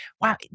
wow